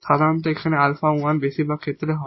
সাধারণত এই 𝛼1 বেশিরভাগ ক্ষেত্রে হয়